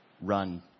run